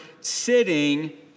sitting